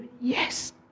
yes